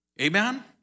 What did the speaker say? Amen